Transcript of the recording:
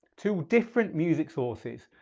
two different music sources.